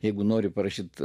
jeigu nori parašyti